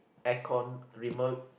aircon remote